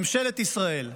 ממשלת ישראל.